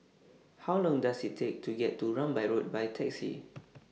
How Long Does IT Take to get to Rambai Road By Taxi